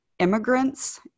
immigrants